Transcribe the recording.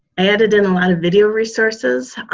added in a lot of video resources.